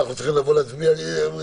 אנחנו צריכים לבוא ולהצביע אמון.